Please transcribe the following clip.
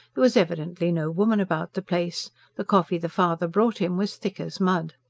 there was evidently no woman about the place the coffee the father brought him was thick as mud.